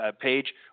page